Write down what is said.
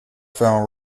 found